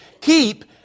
keep